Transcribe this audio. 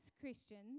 Christians